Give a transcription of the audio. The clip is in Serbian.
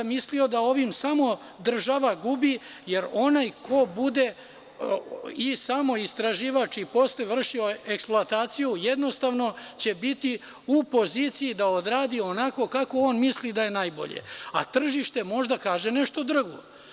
Mislio sam da ovim samo država gubi, jer onaj ko bude i samoistraživač i posle vrši eksploataciju jednostavno će biti u poziciji da odradi onako kako on misli da je najbolje, a tržište može da kaže nešto drugo.